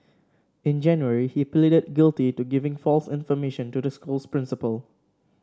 in January he pleaded guilty to giving false information to the school's principal